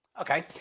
Okay